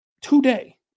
today